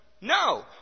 No